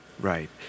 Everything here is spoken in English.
Right